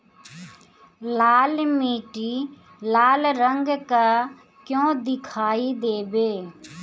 लाल मीट्टी लाल रंग का क्यो दीखाई देबे?